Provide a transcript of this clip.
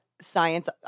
science